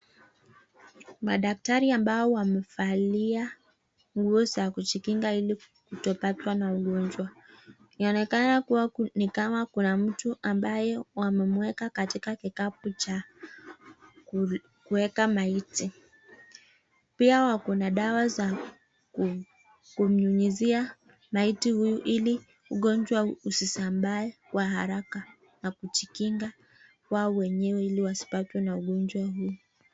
Madaktari ambao wamevalia nguo za kujikinga ili kutopatwa na ugonjwa. Yaonekana kuwa ni kama kuna mtu ambaye wamemueka katika kikapu cha kueka maiti. Pia wako na dawa za kumyunyizia maiti huyu ili ugonjwa usizambae kwa haraka na kijikinga wao wenyewe ili wasipatwe na ugonjwa huu.